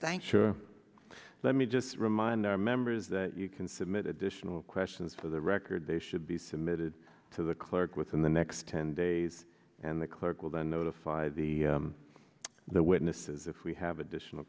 thanks sure let me just remind our members that you can submit additional questions for the record they should be submitted to the clerk within the next ten days and the clerk will then notify the the witnesses if we have additional